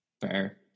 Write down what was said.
Fair